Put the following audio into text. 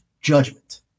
judgment